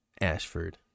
Ashford